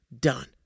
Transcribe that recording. done